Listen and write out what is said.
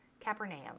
Capernaum